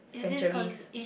centuries